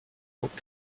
book